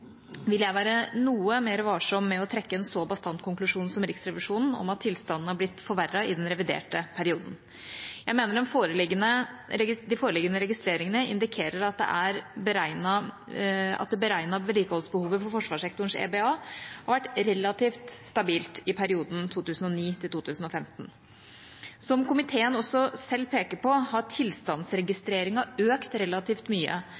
vil jeg være noe mer varsom med å trekke en så bastant konklusjon som Riksrevisjonen, om at tilstanden er blitt forverret i den reviderte perioden. Jeg mener de foreliggende registreringene indikerer at det beregnede vedlikeholdsbehovet for forsvarssektorens EBA har vært relativt stabilt i perioden 2009–2015. Som komiteen også selv peker på, har tilstandsregistreringen økt relativt mye,